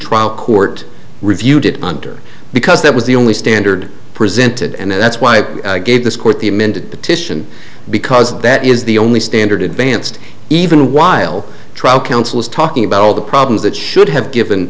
trial court reviewed it under because that was the only standard presented and that's why i gave this court the amended petition because that is the only standard advanced even while trial counsel is talking about all the problems that should have given